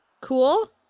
Cool